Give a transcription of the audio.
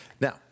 Now